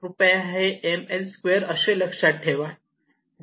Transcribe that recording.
कृपया हे mI2 असे लक्षात ठेवा